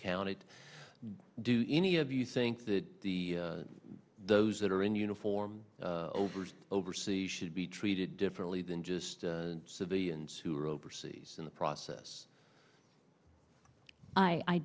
counted do any of you think that the those that are in uniform over overseas should be treated differently than just civilians who are overseas in the process i